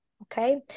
Okay